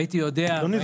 והייתי יודע --- אדוני,